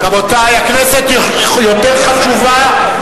רבותי, הכנסת יותר חשובה,